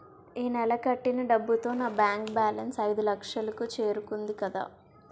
ఈ నెల కట్టిన డబ్బుతో నా బ్యాంకు బేలన్స్ ఐదులక్షలు కు చేరుకుంది కదా